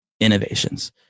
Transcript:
innovations